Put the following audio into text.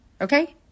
okay